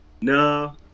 No